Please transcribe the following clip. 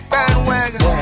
Bandwagon